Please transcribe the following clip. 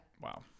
Wow